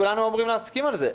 כולנו אמורים להסכים על זה.